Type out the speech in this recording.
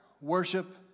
worship